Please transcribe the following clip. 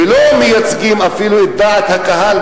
ולא מייצגים אפילו את דעת הקהל.